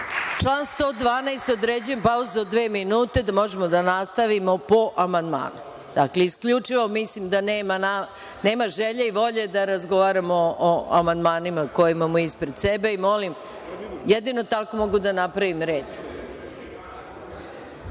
vas. Član 112. određujem pauzu od dve minute da možemo da nastavimo po amandmanu. Dakle, isključivo mislim da nema želje i volje da razgovaramo o amandmanima koje imamo ispred sebe i molim, jedino tako mogu da napravim